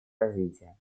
развития